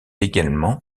également